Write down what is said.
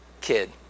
kid